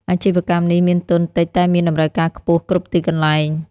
អាជីវកម្មនេះមានទុនតិចតែមានតម្រូវការខ្ពស់គ្រប់ទីកន្លែង។